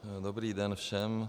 Dobrý den všem.